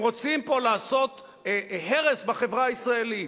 הם רוצים פה לעשות הרס בחברה הישראלית,